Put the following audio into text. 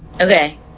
Okay